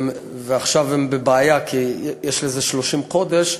ועכשיו הם בבעיה, כי יש לזה 30 חודש.